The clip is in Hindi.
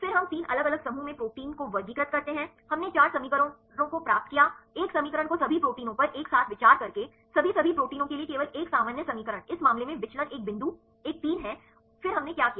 फिर हम 3 अलग अलग समूहों में प्रोटीन को वर्गीकृत करते हैं हमने चार समीकरणों को प्राप्त किया एक समीकरण को सभी प्रोटीनों पर एक साथ विचार करके सभी सभी प्रोटीनों के लिए केवल एक सामान्य समीकरण इस मामले में विचलन एक बिंदु एक 3 है फिर हमने क्या किया